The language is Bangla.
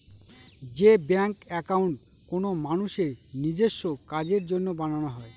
যে ব্যাঙ্ক একাউন্ট কোনো মানুষের নিজেস্ব কাজের জন্য বানানো হয়